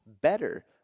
better